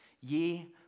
ye